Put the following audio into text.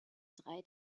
drei